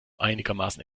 einigermaßen